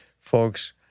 folks